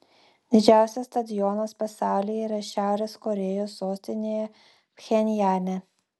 didžiausias stadionas pasaulyje yra šiaurės korėjos sostinėje pchenjane